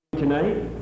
tonight